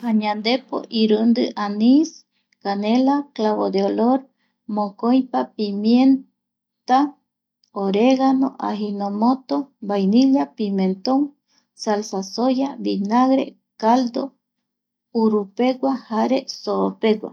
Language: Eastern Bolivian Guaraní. Pañandepo irundi anís canela, clavo de olor mokoipa pimienta oregano, ajinomoto, vainilla, pimenton, salsa soya vinagre, caldo, urupegua jare soopegua